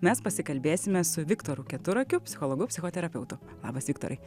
mes pasikalbėsime su viktoru keturakiu psichologu psichoterapeutu labas viktorai